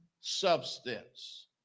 substance